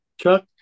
Chuck